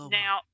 now